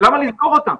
למה לסגור אותם?